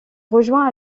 rejoint